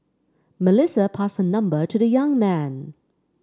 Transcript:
Melissa passed her number to the young man